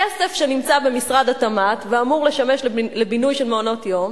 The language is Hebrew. כסף שנמצא במשרד התמ"ת ואמור לשמש לבינוי של מעונות-יום,